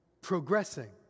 progressing